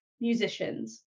musicians